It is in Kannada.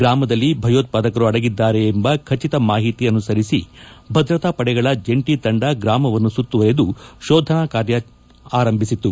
ಗ್ರಾಮದಲ್ಲಿ ಭಯೋತ್ವಾದಕರು ಅಡಗಿದ್ದಾರೆ ಎಂಬ ಖಚಿತ ಮಾಹಿತಿ ಅನುಸರಿಸಿ ಭದ್ರತಾ ಪಡೆಗಳ ಜಂಟಿ ತಂಡ ಗ್ರಾಮವನ್ನು ಸುತ್ತುವರೆದು ಶೋಧನಾ ಕಾರ್ಯಾಚರಣೆ ಆರಂಭಿಸಿತು